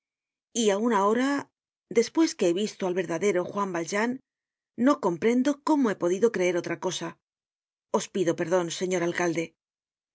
y aun ahora despues que he visto al verdadero juan valjean no comprendo cómo he podido creer otra cosa os pido perdon señor alcalde